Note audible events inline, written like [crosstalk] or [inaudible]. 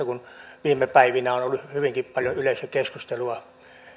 [unintelligible] kun viime päivinä on ollut hyvinkin paljon yleisökeskustelua